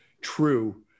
true